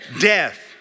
death